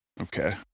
okay